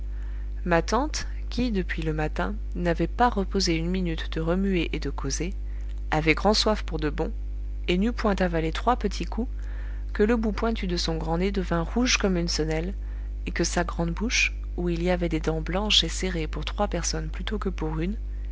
ma tante qui depuis le matin n'avait pas reposé une minute de remuer et de causer avait grand'soif pour de bon et n'eut point avalé trois petits coups que le bout pointu de son grand nez devint rouge comme une senelle et que sa grande bouche où il y avait des dents blanches et serrées pour trois personnes plutôt que pour une